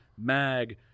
mag